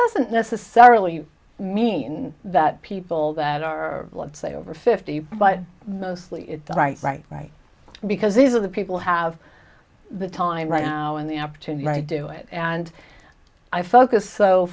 doesn't necessarily mean that people that are let's say over fifty but mostly it's right right right because these are the people have the time right now and the opportunity i do it and i focus so